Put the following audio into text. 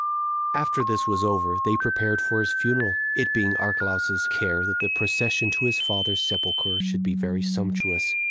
after this was over, they prepared for his funeral, it being archelaus's care that the procession to his father's sepulcher should be very sumptuous.